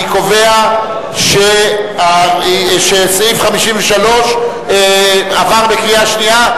אני קובע שסעיף 53 עבר בקריאה שנייה,